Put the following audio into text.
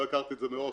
לא הכרתי את זה מראש,